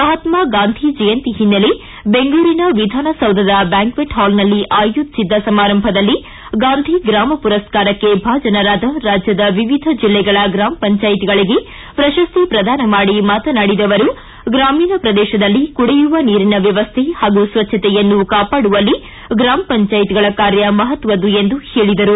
ಮಹಾತ್ಮಾ ಗಾಂಧಿ ಜಯಂತಿ ಹಿನ್ನೆಲೆ ಬೆಂಗಳೂರಿನ ವಿಧಾನದೌಧದ ಬ್ಯಾಂಕ್ಟೆಟ್ ಹಾಲ್ನಲ್ಲಿ ಆಯೋಜಿಸಿದ್ದ ಸಮಾರಂಭದಲ್ಲಿ ಗಾಂಧಿ ಗ್ರಾಮ ಮರಸ್ಕಾರಕ್ಕೆ ಭಾಜನರಾದ ರಾಜ್ಯದ ವಿವಿಧ ಜಿಲ್ಲೆಗಳ ಗ್ರಾಮ ಪಂಚಾಯತ್ಗಳಿಗೆ ಪ್ರಶಸ್ತಿ ಪ್ರದಾನ ಮಾಡಿ ಮಾತನಾಡಿದ ಅವರು ಗ್ರಾಮೀಣ ಪ್ರದೇಶದಲ್ಲಿ ಕುಡಿಯುವ ನೀರಿನ ವ್ಯವಸ್ಥೆ ಹಾಗೂ ಸ್ವಜ್ಞತಯನ್ನು ಕಾಪಾಡುವಲ್ಲಿ ಗ್ರಾಮ ಪಂಚಾಯತ್ಗಳ ಕಾರ್ಯ ಮಹತ್ವದ್ದು ಎಂದು ಹೇಳಿದರು